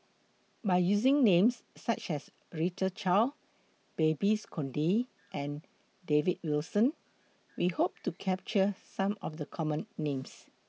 By using Names such as Rita Chao Babes Conde and David Wilson We Hope to capture Some of The Common Names